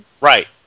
Right